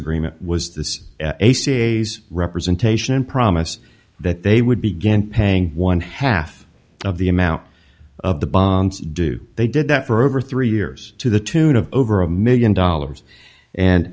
agreement was this a ca's representation and promise that they would begin paying one half of the amount of the bonds do they did that for over three years to the tune of over a million dollars and